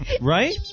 Right